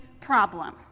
problem